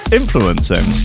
influencing